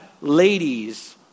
ladies